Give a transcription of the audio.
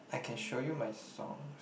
I can show you my songs